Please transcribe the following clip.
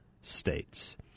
states